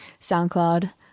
SoundCloud